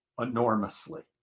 enormously